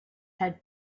had